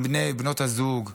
עם בני ובנות הזוג,